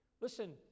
Listen